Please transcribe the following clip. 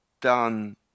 done